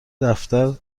دفتر